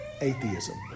Atheism